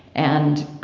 and,